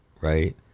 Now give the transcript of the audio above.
right